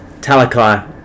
Talakai